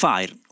Fire